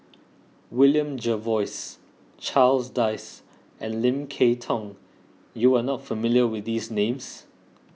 William Jervois Charles Dyce and Lim Kay Tong you are not familiar with these names